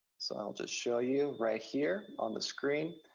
so i'll just show you right here on the screen.